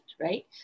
right